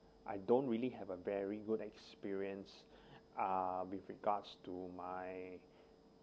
I don't really have a very good experience uh with regards to my